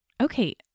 Okay